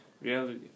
Reality